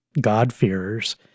God-fearers